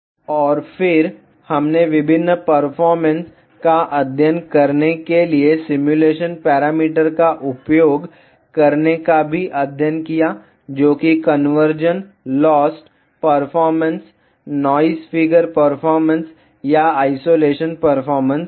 और फिर हमने विभिन्न परफॉर्मेंस का अध्ययन करने के लिए सिमुलेशन पैरामीटर का उपयोग करने का भी अध्ययन किया जो कि conversion lost performance noise figure performance या आइसोलेशन परफॉर्मेंस है